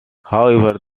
however